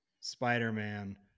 Spider-Man